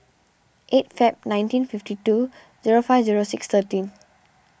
eight February nineteen fifty two zero five zero six thirteen